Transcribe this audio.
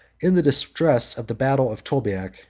in the distress of the battle of tolbiac,